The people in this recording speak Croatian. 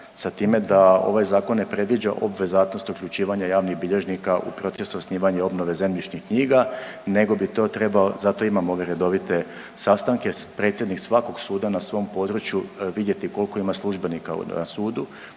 sa time da ovaj zakon ne predviđa obvezatnost uključivanja javnih bilježnika u proces osnivanja i obnove zemljišnih knjiga nego bi to trebao, zato i imamo ove redovite sastanke, predsjednik svakog suda na svom području vidjeti koliko ima službenika na sudu,